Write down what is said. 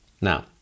Now